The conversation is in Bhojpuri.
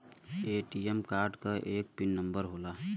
ए.टी.एम कार्ड क एक पिन नम्बर होला